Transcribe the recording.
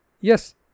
Yes